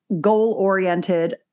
goal-oriented